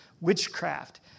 witchcraft